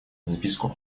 записку